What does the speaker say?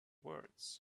words